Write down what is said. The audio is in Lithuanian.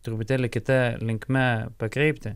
truputėlį kita linkme pakreipti